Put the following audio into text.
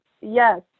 yes